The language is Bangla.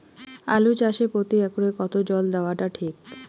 আলু চাষে প্রতি একরে কতো জল দেওয়া টা ঠিক?